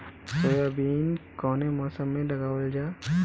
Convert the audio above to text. Soybean कौने मौसम में लगावल जा?